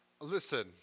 Listen